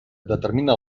determina